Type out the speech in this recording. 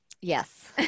Yes